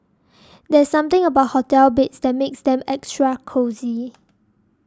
there's something about hotel beds that makes them extra cosy